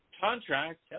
contract